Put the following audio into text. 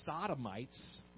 sodomites